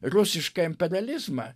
rusišką imperializmą